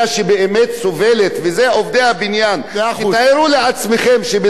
תתארו לעצמכם שאדם התחיל לעבוד בגיל 17,